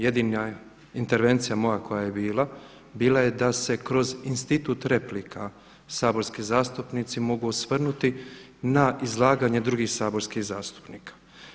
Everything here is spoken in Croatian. Jedina intervencija moja koja je bila, bila je da se kroz institut replika saborski zastupnici mogu osvrnuti na izlaganje drugih saborskih zastupnika.